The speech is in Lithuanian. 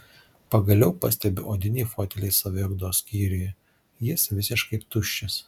pagaliau pastebiu odinį fotelį saviugdos skyriuje jis visiškai tuščias